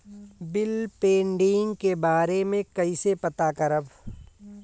Bill pending के बारे में कईसे पता करब?